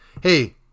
hey